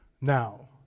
now